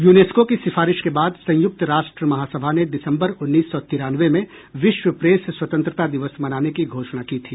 UNESCO की सिफारिश के बाद संयुक्त राष्ट्र महासभा ने दिसम्बर उन्नीस सौ तिरानवे में विश्व प्रेस स्वतंत्रता दिवस मनाने की घोषणा की थी